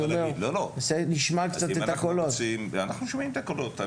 אנחנו שומעים את הקולות.